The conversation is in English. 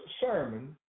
sermon